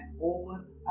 over